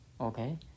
Okay